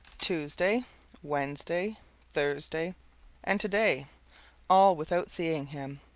tuesday wednesday thursday and today all without seeing him.